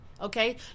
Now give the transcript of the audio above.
Okay